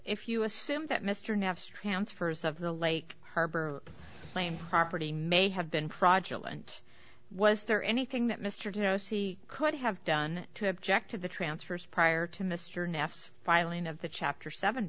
if you assume that mr nafs transfers of the lake harbor claim property may have been project lands was there anything that mr knows he could have done to object to the transfers prior to mr nafs filing of the chapter seven